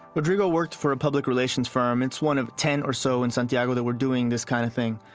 rodrigo worked for a public relations firm. it's one of ten or so in santiago that were doing this kind of thing.